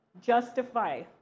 justify